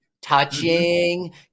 Touching